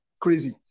crazy